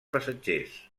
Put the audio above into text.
passatgers